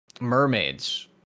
mermaids